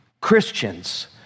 Christians